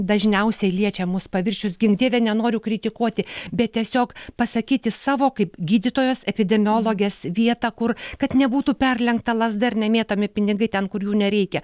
dažniausiai liečiamus paviršius gink dieve nenoriu kritikuoti bet tiesiog pasakyti savo kaip gydytojos epidemiologės vietą kur kad nebūtų perlenkta lazda ar nemėtomi pinigai ten kur jų nereikia